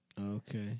Okay